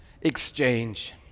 exchange